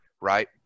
right